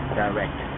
direct